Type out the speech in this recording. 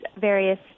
various